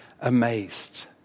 amazed